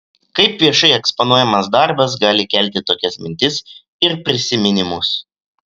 kaip viešai eksponuojamas darbas gali kelti tokias mintis ir prisiminimus